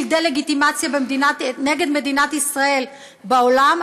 דה-לגיטימציה נגד מדינת ישראל בעולם,